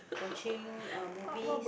watching movies